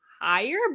higher